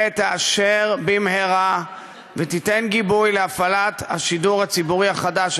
ותאשר במהרה ותיתן גיבוי להפעלת השידור הציבורי החדש,